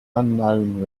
unknown